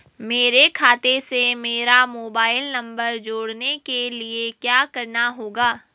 मेरे खाते से मेरा मोबाइल नम्बर जोड़ने के लिये क्या करना होगा?